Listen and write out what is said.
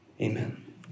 amen